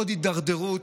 עוד הידרדרות